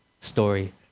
story